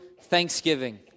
Thanksgiving